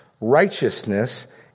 righteousness